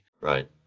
Right